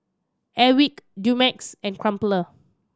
Airwick Dumex and Crumpler